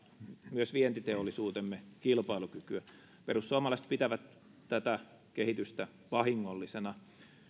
myös vientiteollisuutemme kilpailukykyä perussuomalaiset pitävät tätä kehitystä vahingollisena